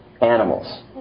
animals